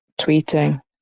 tweeting